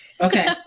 Okay